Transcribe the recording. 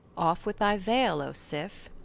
off with thy veil, o sif,